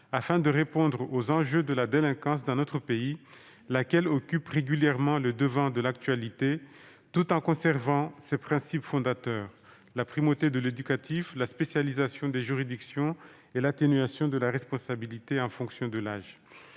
afin de faire face aux enjeux de la délinquance dans notre pays, laquelle fait régulièrement la une de l'actualité, tout en conservant ses principes fondateurs : la primauté de l'éducatif, la spécialisation des juridictions et l'atténuation de la responsabilité en fonction de l'âge.